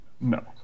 No